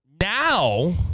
now